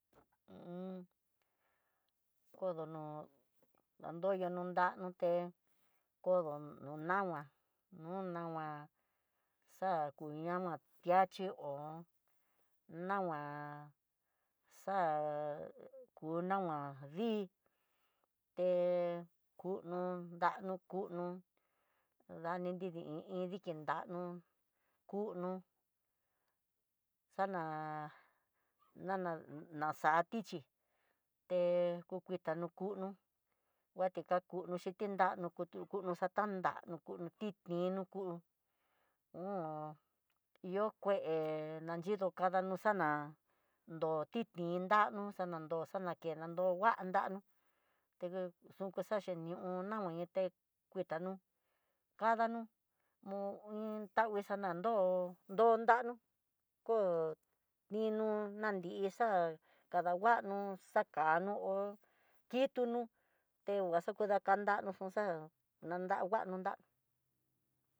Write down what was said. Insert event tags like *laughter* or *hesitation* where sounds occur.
*hesitation* kodo nó, kandoyo no nra nuruté kodonro no nama, no nama xa ku nama tiachi hón, nama xá ku nama dii té ku dandu kun dani idi ni dii ku diki nrá nú kunu xana nana xa'á tichí, té ku kuita nu kunu, kueti ka kuno xhin tinrano kutu kunó kuuno xatanra no tindi nuku, unu iho kué nanyi kadanro xana ndo titnti nranó xananró xanakena nro nguan dano, té ku xaxhi nió no nguité nguitano kadanó, mo in tado xanadó dondano, ko nino na nri xa'á kadanguana kadanguano xakano hó, kidnú tengua xadakantanó xonxa nadanguano nrá.